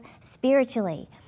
spiritually